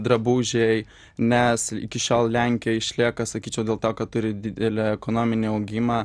drabužiai nes iki šiol lenkijoj išlieka sakyčiau dėl to kad turi didelį ekonominį augimą